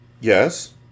Yes